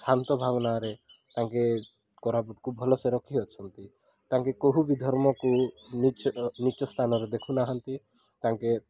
ଶାନ୍ତ ଭାବନାରେ ତାଙ୍କେ କୋରାପୁଟକୁ ଭଲସେ ରଖି ଅଛନ୍ତି ତାଙ୍କେ କୋହୁ ବି ଧର୍ମକୁ ନୀଚ ନୀଚ ସ୍ଥାନରେ ଦେଖୁନାହାନ୍ତି ତାଙ୍କେ